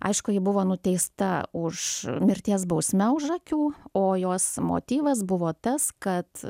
aišku ji buvo nuteista už mirties bausme už akių o jos motyvas buvo tas kad